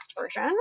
version